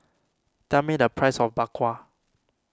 tell me the price of Bak Kwa